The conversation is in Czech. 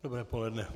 Dobré poledne.